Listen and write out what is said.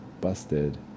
Busted